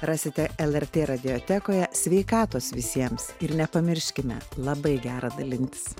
rasite lrt radiotekoje sveikatos visiems ir nepamirškime labai gera dalintis